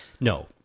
No